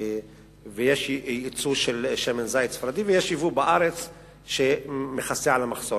ויש ייצוא של שמן זית ספרדי ויש ייבוא לארץ שמכסה על המחסור.